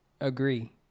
agree